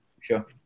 Sure